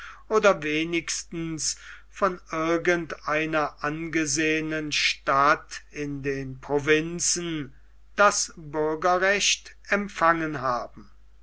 oder wenigstens von irgend einer angesehenen stadt in den provinzen das bürgerrecht empfangen haben